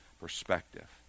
perspective